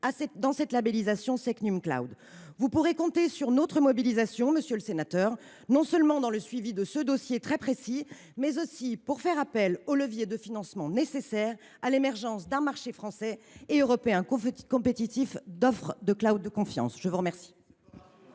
dans cette labellisation SecNumCloud. Vous pourrez compter sur notre mobilisation, monsieur le sénateur, non seulement dans le suivi de ce dossier très précis, mais aussi pour faire appel aux leviers de financement nécessaires à l’émergence d’un marché français et européen compétitif d’offres de de confiance. Ce n’est